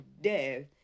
death